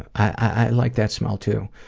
i like that smell, too.